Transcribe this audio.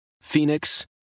Phoenix